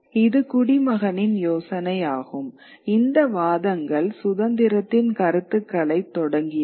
இது குடிமகனின் யோசனையாகும் இந்த வாதங்கள் சுதந்திரத்தின் கருத்துக்களைத் தொடக்கியது